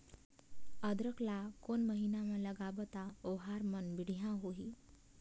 अदरक ला कोन महीना मा लगाबो ता ओहार मान बेडिया होही?